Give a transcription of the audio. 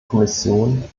kommission